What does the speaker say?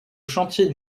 chantier